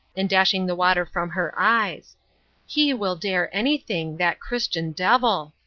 and dashing the water from her eyes he will dare anything that christian devil!